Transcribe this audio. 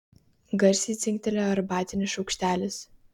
garsiai dzingtelėjo arbatinis šaukštelis